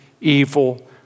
evil